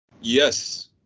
Yes